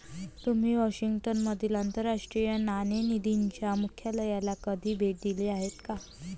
तुम्ही वॉशिंग्टन मधील आंतरराष्ट्रीय नाणेनिधीच्या मुख्यालयाला कधी भेट दिली आहे का?